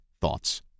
thoughts